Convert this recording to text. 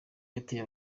yateye